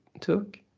took